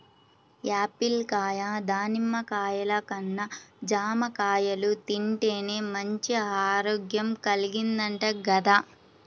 Apple కాయ, దానిమ్మ కాయల కన్నా జాంకాయలు తింటేనే మంచి ఆరోగ్యం కల్గిద్దంట గదా